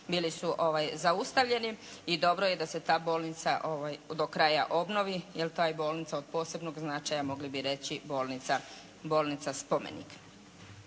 bili su zaustavljeni. I dobro je da se ta bolnica do kraja obnovi, jer je ta bolnica od posebnog značaja, mogli bi reći bolnica spomenik.